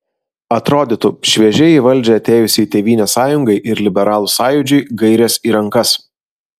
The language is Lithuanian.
atrodytų šviežiai į valdžią atėjusiai tėvynės sąjungai ir liberalų sąjūdžiui gairės į rankas